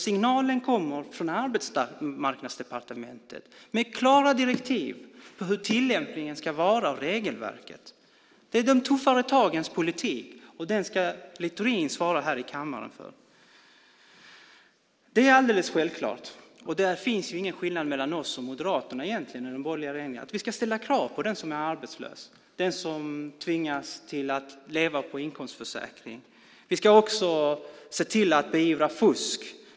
Signalen kommer från Arbetsmarknadsdepartementet med klara direktiv för hur tillämpningen av regelverket ska vara. Det är de tuffare tagens politik. Den ska Littorin svara för här i kammaren. Det är alldeles självklart - och där finns egentligen inte någon skillnad mellan oss och Moderaterna i den borgerliga regeringen - att vi ska ställa krav på den som är arbetslös och tvingas till att leva på inkomstförsäkring. Vi ska också se till att beivra fusk.